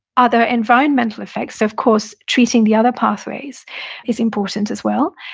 other environmental effects, of course, treating the other pathways is important as well.